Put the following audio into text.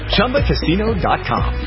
ChumbaCasino.com